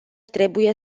trebuie